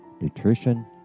nutrition